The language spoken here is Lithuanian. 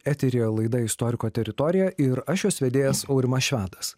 eteryje laida istoriko teritorija ir aš jos vedėjas aurimas švedas